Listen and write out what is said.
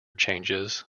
changes